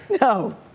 No